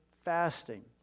fasting